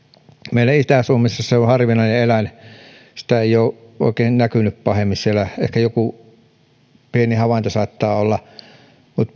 meillä itä suomessa se on harvinainen eläin sitä ei ole oikein näkynyt pahemmin siellä ehkä joku pieni havainto saattaa olla mutta